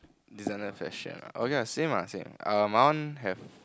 designer fashion ah oh ya same ah same uh my one have